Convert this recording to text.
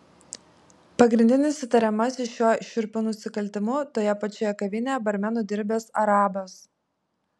pagrindinis įtariamasis šiuo šiurpiu nusikaltimu toje pačioje kavinėje barmenu dirbęs arabas